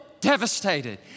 devastated